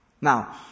Now